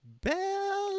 bell